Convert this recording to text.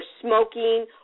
smoking